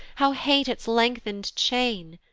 how hate its length'ned chain!